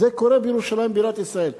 קורה בירושלים בירת ישראל.